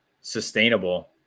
sustainable